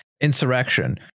insurrection